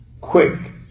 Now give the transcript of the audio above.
quick